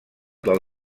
del